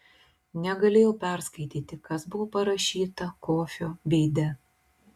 negalėjau perskaityti kas buvo parašyta kofio veide